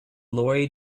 lorry